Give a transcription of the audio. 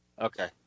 Okay